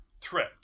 threat